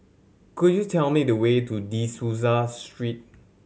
could you tell me the way to De Souza Street